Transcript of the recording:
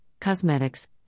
cosmetics